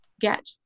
get